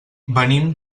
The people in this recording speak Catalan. venim